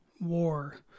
war